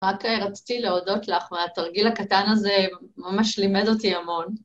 רק רציתי להודות לך, והתרגיל הקטן הזה ממש לימד אותי המון.